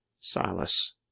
Silas